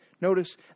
Notice